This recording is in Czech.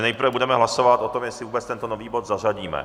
Nejprve budeme hlasovat o tom, jestli vůbec tento nový bod zařadíme.